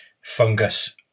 Fungus